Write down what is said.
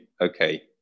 Okay